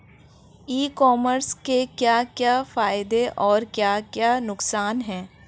ई commerce के क्या क्या फायदे और क्या क्या नुकसान है?